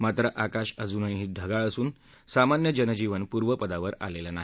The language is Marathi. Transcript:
मात्र आकाश अजूनही ढगाळच असून सामान्य जनजीवन पूर्वपदावर आलेलं नाही